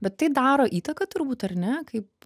bet tai daro įtaką tur būt ar ne kaip